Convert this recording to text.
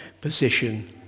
position